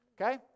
okay